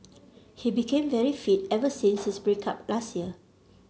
he became very fit ever since his break up last year